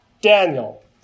Daniel